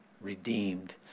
redeemed